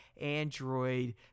Android